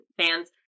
fans